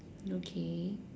okay